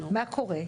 מה קורה?